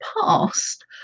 past